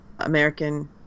American